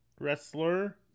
wrestler